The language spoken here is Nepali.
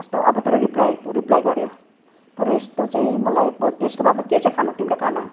कस्तो अभद्र रिप्लाई रिप्लाई गऱ्यो तर यस्तो चाहिँ मलाई बहुत त्यसको बादमा के चाहिँ खानु तिम्रो खाना